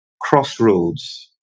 crossroads